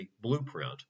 blueprint